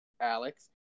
Alex